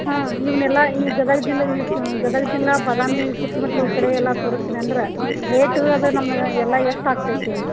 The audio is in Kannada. ಹಾಂ ಇವನ್ನೆಲ್ಲ ಈ ಗದಗ್ ಜಿಲ್ಲೆ ಇಸ ಗದಗ್ ಜಿಲ್ಲೆ ಬಾದಾಮಿ ಸುತ್ತುಮುತ್ಲು ಈ ಕಡೆ ಎಲ್ಲ ತೋರಸ್ತೀನಿ ಅಂದ್ರೆ ರೇಟು ಅದು ನಮ್ಮನ್ನ ಎಲ್ಲ ಎಷ್ಟಾಗ್ತೈತಿ